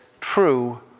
true